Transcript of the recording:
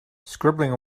scribbling